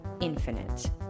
infinite